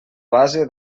base